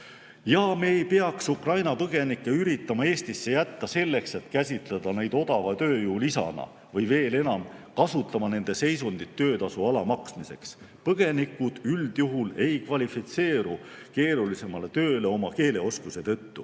ei peaks Ukraina põgenikke üritama Eestisse jätta selleks, et käsitada neid odava tööjõu lisana või, veel enam, kasutama nende seisundit töötasu alamaksmiseks. Põgenikud üldjuhul ei kvalifitseeru keerulisemale tööle oma keeleoskuse tõttu.